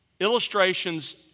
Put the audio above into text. Illustrations